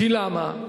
למה?